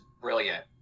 brilliant